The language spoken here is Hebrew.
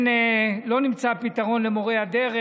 לא נמצא פתרון למורי הדרך,